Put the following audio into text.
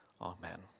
amen